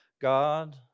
God